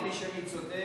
גפני, אמרת לי שאני צודק.